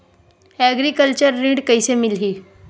Agriculture ऋण कइसे मिलही?